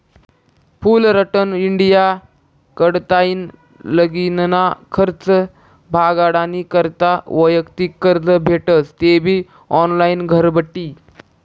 Fullerton India कडताईन लगीनना खर्च भागाडानी करता वैयक्तिक कर्ज भेटस तेबी ऑनलाईन घरबठी